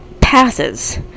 passes